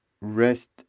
rest